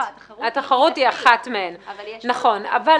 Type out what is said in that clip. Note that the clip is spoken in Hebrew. התחרות היא אחת מהן, נכון, אבל